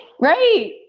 Right